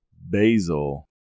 basil